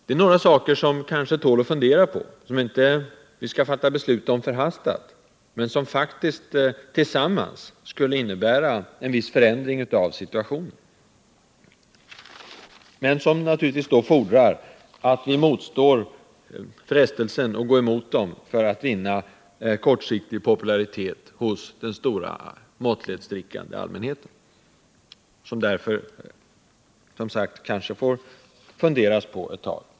Det är några saker som väl tål att funderas på. Vi skall inte fatta beslut om dem förhastat, men tillsammans skulle de faktiskt innebära en påtaglig förändring. Det fordras då att partierna motstår frestelsen att gå emot förslagen för att vinna kortsiktig popularitet hos den stora måttlighetsdrickande allmänheten. Vi får därför resonera om förslagen.